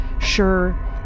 sure